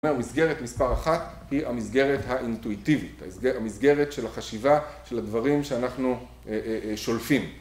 מסגרת מספר אחת היא המסגרת האינטואיטיבית, המסגרת של החשיבה של הדברים שאנחנו שולפים